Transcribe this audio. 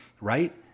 right